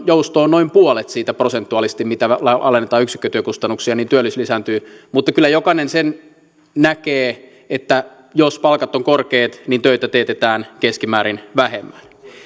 jousto on noin puolet siitä prosentuaalisesti mitä alennetaan yksikkötyökustannuksia sen verran työllisyys lisääntyy mutta kyllä jokainen sen näkee että jos palkat ovat korkeat niin töitä teetetään keskimäärin vähemmän